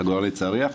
עגורני צריח.